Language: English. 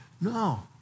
No